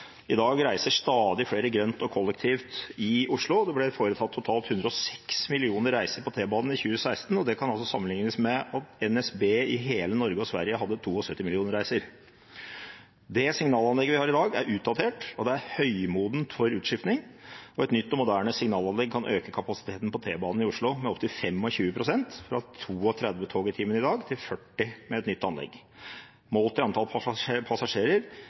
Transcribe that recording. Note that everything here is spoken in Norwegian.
I dag reiser stadig flere grønt og kollektivt i Oslo. Det ble foretatt totalt 106 millioner reiser på T-banen i 2016, og det kan sammenlignes med at NSB i hele Norge og Sverige hadde 72 millioner reiser. Det signalanlegget vi har i dag, er utdatert, og det er høymodent for utskiftning. Et nytt og moderne signalanlegg kan øke kapasiteten på T-banen i Oslo med opptil 25 pst., fra 32 tog i timen i dag til 40 med et nytt anlegg. Målt i antall passasjerer